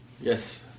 Yes